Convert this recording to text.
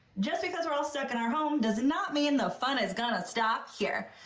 j ust because we're all stuck in our home does not mean the fun is gonna stop here.